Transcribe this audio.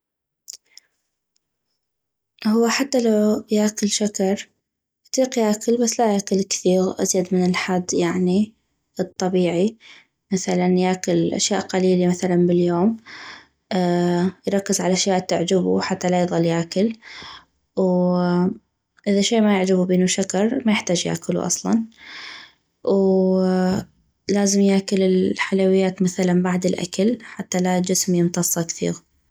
هو حتى لو ياكل شكر يطيق ياكل بس لا ياكل كثيغ ازيد من الحد يعني الطبيعي مثلا ياكل اشياء قليلي مثلا باليوم يركز عل الاشياء التعجبو حتى لا يظل ياكل و اذا شي ما يعجبو بينو شكر ما يحتاج يكلو اصلا و لازم ياكل الحلويات مثلا بعد الاكل حتى لا الجسم يمتصا كثيغ